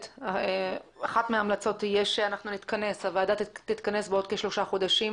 אחת מההמלצות תהיה שהוועדה תתכנס בעוד כשלושה חודשים